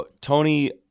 Tony